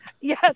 Yes